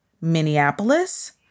Minneapolis